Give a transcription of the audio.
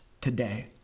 today